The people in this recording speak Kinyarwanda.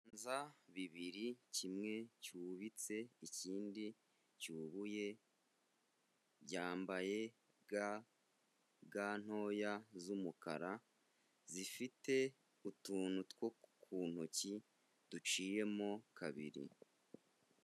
Ibiganza bibiri, kimwe cyubitse ikindi cyubuye, byambaye ga, ga ntoya z'umukara zifite utuntu two ku ntoki duciyemo kabiri.